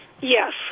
Yes